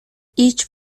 each